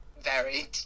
varied